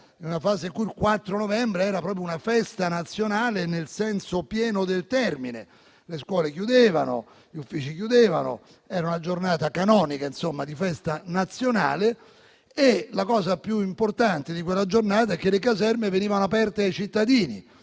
il 4 novembre era una festa nazionale, nel senso pieno del termine: le scuole e gli uffici chiudevano, era insomma una giornata canonica di festa nazionale e la cosa più importante di quella giornata era che le caserme venivano aperte ai cittadini.